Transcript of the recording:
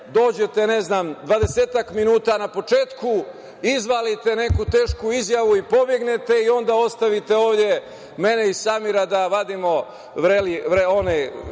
dođete 20 minuta na početku, izvalite neku tešku izjavu i pobegnete i onda ostavite ovde mene i Samira da vadimo kestenje